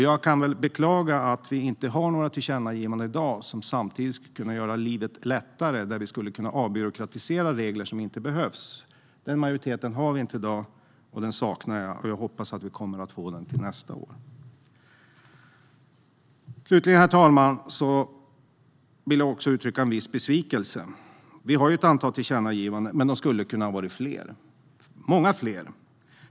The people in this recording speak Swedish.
Jag kan beklaga att vi inte har några tillkännagivanden i dag som samtidigt skulle kunna göra livet lättare genom avbyråkratisering av regler som inte behövs. Den majoriteten har vi inte i dag, och den saknar jag. Jag hoppas att vi kommer att få den till nästa år. Slutligen, herr talman, vill jag också uttrycka en viss besvikelse. Vi har ett antal tillkännagivanden, men de skulle ha kunnat vara många fler.